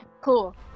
Cool